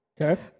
Okay